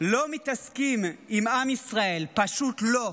לא מתעסקים עם עַם ישראל, פשוט לא.